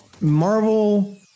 Marvel